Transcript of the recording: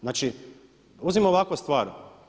Znači, uzmimo ovako stvar.